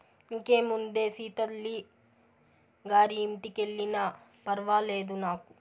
ఇంకేముందే సీతల్లి గారి ఇంటికెల్లినా ఫర్వాలేదు నాకు